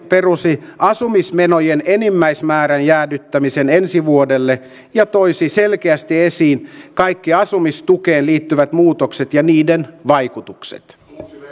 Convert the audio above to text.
peruisi asumismenojen enimmäismäärän jäädyttämisen ensi vuodelle ja toisi selkeästi esiin kaikki asumistukeen liittyvät muutokset ja niiden vaikutukset